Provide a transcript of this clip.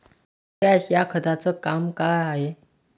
Potash या खताचं काम का हाय?